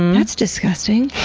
that's disgusting.